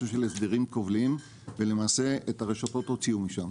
של הסדרים כובלים ולמעשה את הרשתות הוציאו משם.